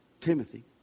Timothy